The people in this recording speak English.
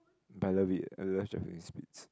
but I love it I love Japanese Spitz